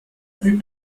rue